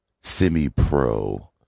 semi-pro